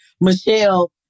Michelle